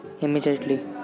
Immediately